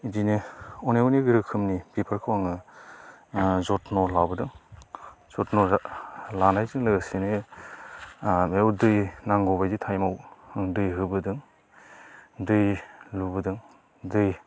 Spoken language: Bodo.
इदिनो अनेख अनेख रोखोमनि बिफोरखौ आङो ओ जथ्न' लाबोदों जथ्न' लानायजों लोगोसेनो ओ बेयाव दै नांगौ बायदि टाइमाव आं दै होबोदों दै लुबोदों दै